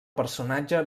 personatge